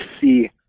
see